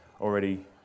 already